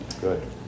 good